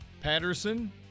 Patterson